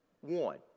One